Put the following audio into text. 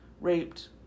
raped